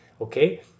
okay